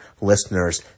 listeners